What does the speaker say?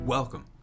Welcome